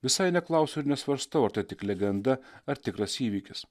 visai neklausiu ir nesvarstau ar tai tik legenda ar tikras įvykis